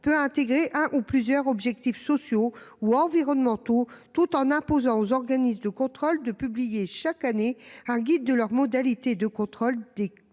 peut intégrer un ou plusieurs objectifs sociaux ou environnementaux tout en imposant aux organismes de contrôle de publier chaque année un guide de leurs modalités de contrôle des accords